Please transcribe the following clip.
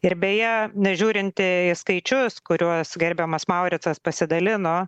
ir beje nežiūrint skaičius kuriuos gerbiamas mauricas pasidalino